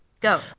Go